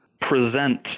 present